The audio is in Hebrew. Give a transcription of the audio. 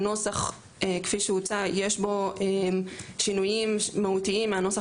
בנוסח כפי שהוצע יש שינויים מהותיים מהנוסח